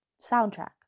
Soundtrack